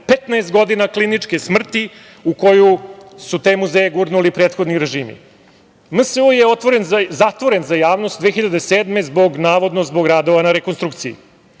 15 godina kliničke smrti u koju su te muzeje gurnuli prethodni režimi. Muzej narodne umetnosti je zatvoren za javnost 2007. godine navodno zbog radova na rekonstrukciji,